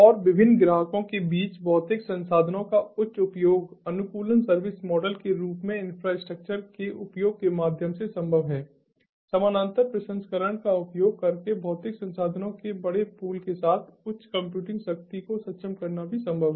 और विभिन्न ग्राहकों के बीच भौतिक संसाधनों का उच्च उपयोग अनुकूलन सर्विस मॉडल के रूप में इंफ्रास्ट्रक्चर के उपयोग के माध्यम से संभव है समानांतर प्रसंस्करण का उपयोग करके भौतिक संसाधनों के बड़े पूल के साथ उच्च कंप्यूटिंग शक्ति को सक्षम करना भी संभव है